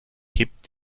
kippt